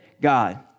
God